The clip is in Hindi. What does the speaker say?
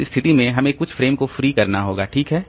उस स्थिति में हमें कुछ फ्रेम को फ्री करना होगा ठीक है